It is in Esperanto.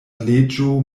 leĝo